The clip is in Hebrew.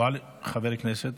חבריי חברי הכנסת,